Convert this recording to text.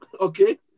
okay